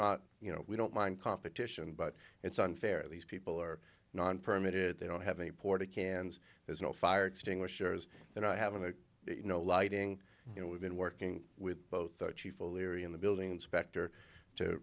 not you know we don't mind competition but it's unfair these people are non permitted they don't have any puerto cans there's no fire extinguishers that i haven't you know lighting you know we've been working with both the chief o'leary and the building inspector to